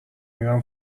میرم